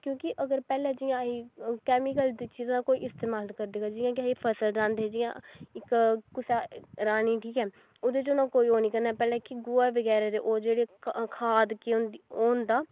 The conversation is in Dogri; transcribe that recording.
क्योंकि अगर पैह्लें जि'यां आई केमीकल दी चीजां कोई इस्तेमाल करदे जि'यां कि फसल राहंदे हे जि'यां इक कुसै राह्नी ठीक ऐ ओह्दे च उ'नें कोई ओह् निं करना ठीक ऐ मतलब कि गोहा बगैरा ओह् जेह्ड़ी खाद केह् होंदी ओह् होंदा